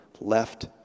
left